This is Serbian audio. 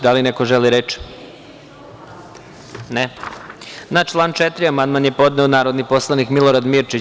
Da li neko želi reč? (Ne.) Na član 4. amandman je podneo narodni poslanik Milorad Mirčić.